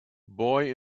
boy